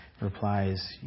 replies